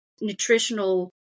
nutritional